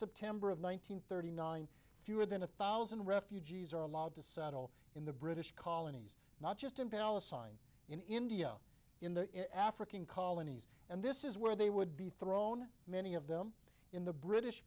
september of one nine hundred thirty nine fewer than a thousand refugees are allowed to settle in the british colonies not just in palestine in india in the african colonies and this is where they would be thrown many of them in the british